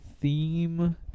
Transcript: theme